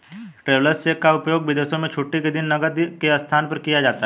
travellers cheque का उपयोग विदेशों में छुट्टी के दिन नकद के स्थान पर किया जाता है